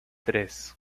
tres